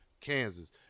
Kansas